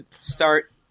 start